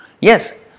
yes